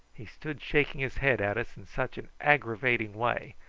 he stood shaking his head at us in such an aggravating way,